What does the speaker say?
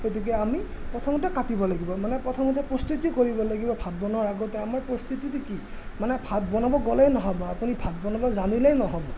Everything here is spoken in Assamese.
গতিকে আমি প্ৰথমতে কাটিব লাগিব মানে প্ৰথমতে প্ৰস্তুতি কৰিব লাগিব ভাত বনোৱাৰ আগতে আমাৰ প্ৰস্তুতিটো কি মানে ভাত বনাব গ'লেই নহ'ব আপুনি ভাত বনাব জানিলেই নহ'ব